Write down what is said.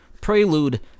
prelude